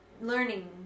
learning